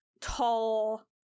tall